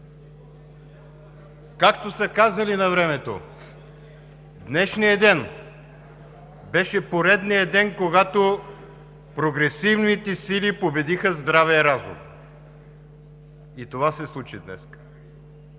Както са казали навремето: днешният ден беше поредният ден, когато прогресивните сили победиха здравия разум и това се случи днес.